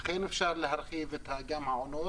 אכן אפשר להרחיב גם את העונות